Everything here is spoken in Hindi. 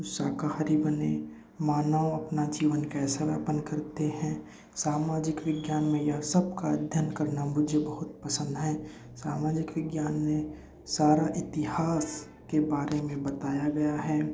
शाकाहारी बने मानव अपना जीवन कैसा व्यापन करते हैं सामाजिक विज्ञान में यह सब का अध्ययन करना मुझे बहुत पसंद हैं सामाजिक विज्ञान में सारा इतिहास के बारे में बताया गया हैं